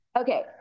Okay